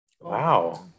wow